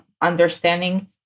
understanding